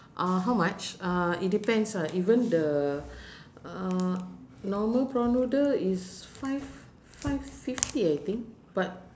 uh how much uh it depends uh even the uh normal prawn noodle is five five fifty I think but